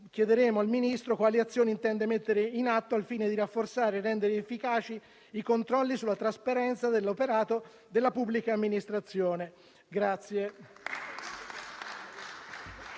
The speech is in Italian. chiederemo al Ministro quali azioni intende mettere in atto al fine di rafforzare e rendere efficaci i controlli sulla trasparenza dell'operato della pubblica amministrazione.